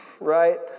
right